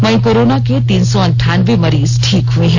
वहीं कोरोना के तीन सौ अनठानबे मरीज ठीक हुए हैं